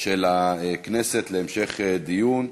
של הכנסת להמשך דיון.